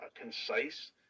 concise